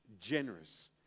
generous